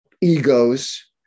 egos